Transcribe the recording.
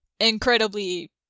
incredibly